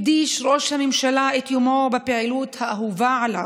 הקדיש ראש הממשלה את יומו לפעילות האהובה עליו: